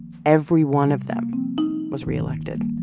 every one of them was reelected